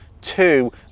two